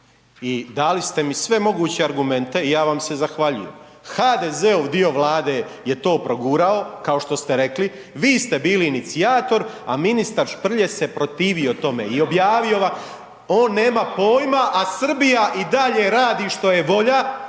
i dali ste mi sve moguće argumente i ja vam se zahvaljujem. HDZ-ov dio Vlade je to progurao, kao što ste rekli, vi ste bili inicijator, a ministar Šprlje se protivio tome i objavio ga, on nema pojma, a Srbija i dalje radi što je volja.